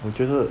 我觉得